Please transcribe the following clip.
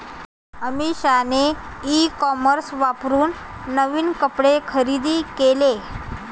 अमिषाने e commerce वापरून नवीन कपडे खरेदी केले